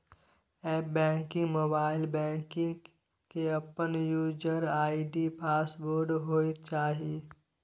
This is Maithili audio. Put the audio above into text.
एप्प बैंकिंग, मोबाइल बैंकिंग के अपन यूजर आई.डी पासवर्ड होय चाहिए